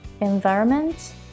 environment